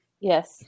Yes